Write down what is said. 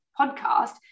podcast